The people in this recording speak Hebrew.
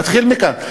נתחיל מכאן.